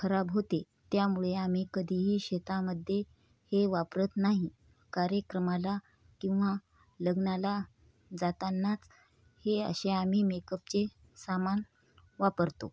खराब होते त्यामुळे आम्ही कधीही शेतामध्ये हे वापरत नाही कार्यक्रमाला किंवा लग्नाला जातांनाच हे असे आम्ही मेकअप चे सामान वापरतो